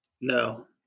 No